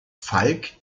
falk